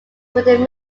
within